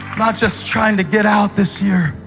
not just trying to get out this year,